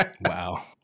Wow